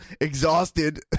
exhausted